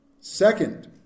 Second